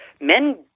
Men